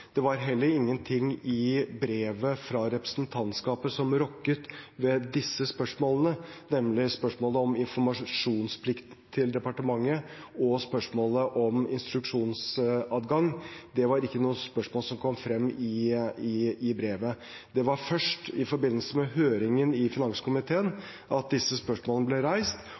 Det var heller ingenting i brevet fra representantskapet som rokket ved disse spørsmålene, nemlig spørsmålet om informasjonsplikt til departementet og spørsmålet om instruksjonsadgang. Det var ikke noe spørsmål som kom frem i brevet. Det var først i forbindelse med høringen i finanskomiteen at disse spørsmålene ble reist,